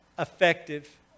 Effective